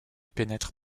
pénètre